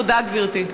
תודה, גברתי.